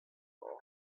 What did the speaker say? hole